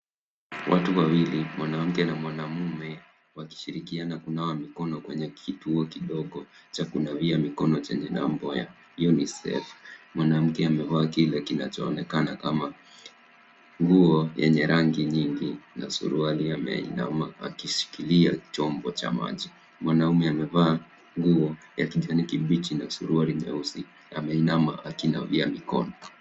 Watu wawili wanaongea na mwanaume wakishirikiana kunawa mikono kwenye kituo kidogo cha kunawia mikono chenye nembo ya UNICEF. Mwanamke amevaa kile kinachoonekana kuwa nguo yenye rangi nyingi na suruali ameinama akitumia chombo cha maji. Mwanaume amevaa nguo ya kijani kibichi na suruali nyeusi, ameinama akinawia mkono.